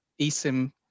eSIM